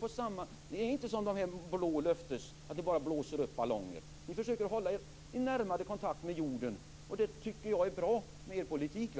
förslag. Ni är inte som de blå löftesgivarna, som bara blåser upp ballongen. Ni försöker att hålla en närmare kontakt med jorden. Det är bra i er politik.